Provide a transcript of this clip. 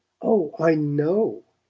oh, i know!